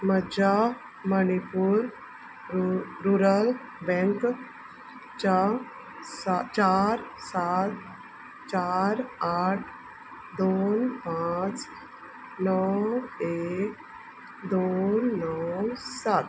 म्हज्या मणिपूर रुरल बँकच्या चार सात चार आठ दोन पांच णव एक दोन णव सात